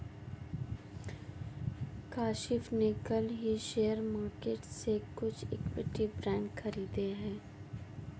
काशिफ़ ने कल ही शेयर मार्केट से कुछ इक्विटी बांड खरीदे है